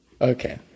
Okay